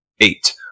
Eight